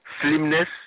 slimness